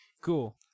Cool